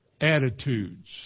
attitudes